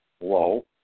low